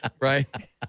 Right